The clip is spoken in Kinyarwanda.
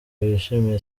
bishimiye